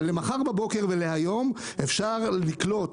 אבל למחר בבוקר והיום אפשר לקלוט